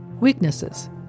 Weaknesses